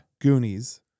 Goonies